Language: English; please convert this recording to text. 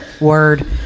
word